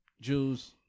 Jews